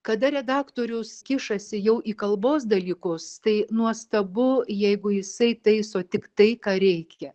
kada redaktorius kišasi jau į kalbos dalykus tai nuostabu jeigu jisai taiso tik tai ką reikia